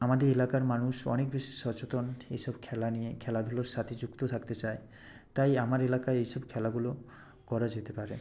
আমাদের এলাকার মানুষ অনেক বেশি সচেতন এইসব খেলা নিয়ে খেলাধুলোর সাথে যুক্ত থাকতে চায় তাই আমার এলাকায় এইসব খেলাগুলো করা যেতে পারে